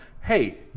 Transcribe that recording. Hey